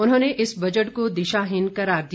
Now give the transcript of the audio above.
उन्होंने इस बजट को दिशाहीन करार दिया